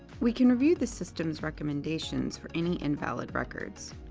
we can review the system's recommendations for any invalid records,